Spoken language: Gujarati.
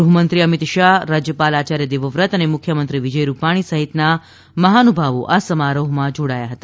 ગૃહમંત્રી અમિત શાહ રાજ્યપાલ આચાર્ય દેવવ્રત અને મુખ્યમંત્રી વિજય રૂપાણી સહિતના મહાનુભાવો આ સમારોહમાં જોડાયા હતા